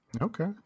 Okay